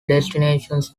destinations